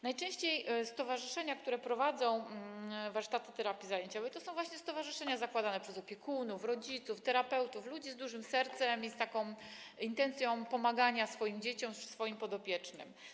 Najczęściej stowarzyszenia, które prowadzą warsztaty terapii zajęciowej, są właśnie zakładane przez opiekunów, rodziców, terapeutów, ludzi z dużym sercem i z taką intencją pomagania swoim dzieciom czy swoim podopiecznym.